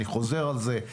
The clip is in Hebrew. אני חוזר על זה,